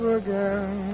again